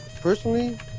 personally